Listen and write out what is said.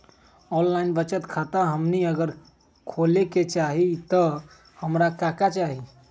Online बचत खाता हमनी अगर खोले के चाहि त हमरा का का चाहि?